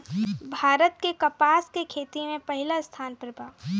भारत के कपास के खेती में पहिला स्थान पर बा